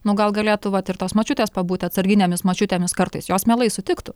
nu gal galėtų vat ir tos močiutės pabūti atsarginėmis močiutėmis kartais jos mielai sutiktų